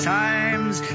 times